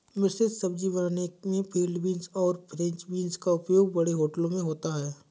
मिश्रित सब्जी बनाने में फील्ड बींस और फ्रेंच बींस का उपयोग बड़े होटलों में होता है